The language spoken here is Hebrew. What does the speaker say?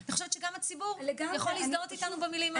לדעתי, גם הציבור יכול להזדהות איתנו במילים האלה.